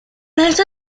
esta